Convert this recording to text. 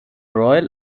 royal